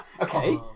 okay